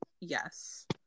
Yes